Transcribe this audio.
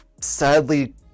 sadly